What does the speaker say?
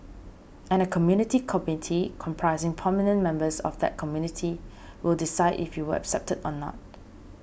and a Community Committee comprising prominent members of that community will decide if you were accepted or not